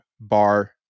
bar